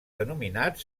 denominat